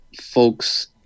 folks